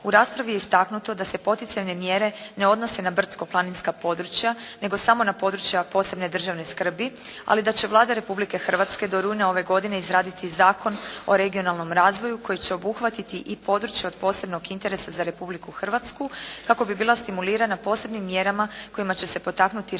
U raspravi je istaknuto da se poticajne mjere ne odnose na brdsko-planinska područja, nego samo na područja posebne državne skrbi. Ali da će Vlada Republike Hrvatske do rujna ove godine izraditi zakon o regionalnom razvoju koji će obuhvatiti i područja od posebnog interesa za Republiku Hrvatsku kako bi bila stimulirana posebnim mjerama kojima će se potaknuti razvoj